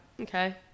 okay